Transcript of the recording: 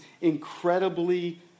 incredibly